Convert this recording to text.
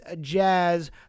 Jazz